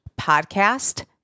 podcast